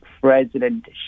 President